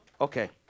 Okay